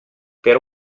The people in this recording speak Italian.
per